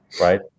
Right